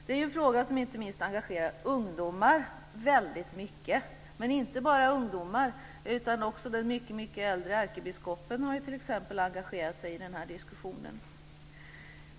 Det är ju en fråga som engagerar ungdomar väldigt mycket, men inte bara ungdomar. Också t.ex. den mycket äldre ärkebiskopen har engagerat sig i den här diskussionen.